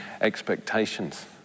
expectations